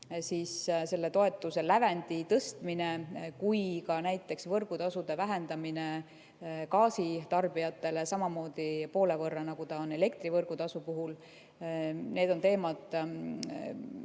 nii selle toetuse lävendi tõstmine kui ka näiteks võrgutasude vähendamine gaasitarbijatele samamoodi poole võrra, nagu ta on elektri võrgutasu puhul – need on teemad,